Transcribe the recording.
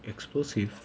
explosive